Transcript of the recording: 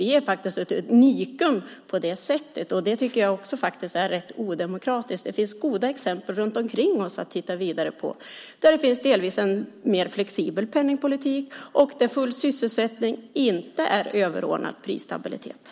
Vi är ett unikum på det sättet, och det tycker jag också är rätt odemokratiskt. Det finns goda exempel runt omkring oss att titta vidare på, där det finns en delvis mer flexibel penningpolitik och där den fulla sysselsättningen inte är överordnad prisstabiliteten.